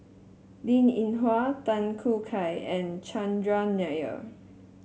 Linn In Hua Tan Choo Kai and Chandran Nair